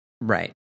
right